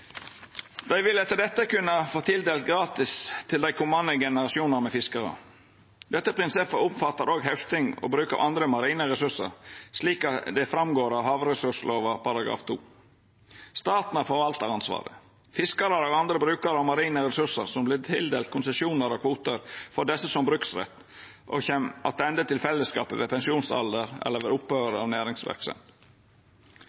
Dei vil etter dette kunna tildelast gratis til dei komande generasjonane fiskarar. Dette prinsippet omfattar òg hausting og bruk av andre marine ressursar, slik det går fram av havressurslova § 2. Staten har forvaltaransvaret. Fiskarar og andre brukarar av marine ressursar som vert tildelte konsesjonar og kvotar, får desse som bruksrett, og dei kjem attende til fellesskapet ved pensjonsalder eller